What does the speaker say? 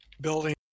building